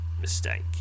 mistake